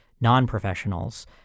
non-professionals